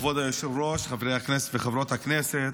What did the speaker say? חברי הכנסת וחברות הכנסת,